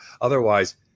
Otherwise